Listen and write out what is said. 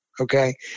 okay